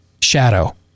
shadow